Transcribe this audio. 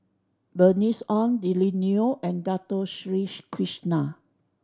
Bernice Ong Lily Neo and Dato Sri Krishna